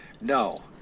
no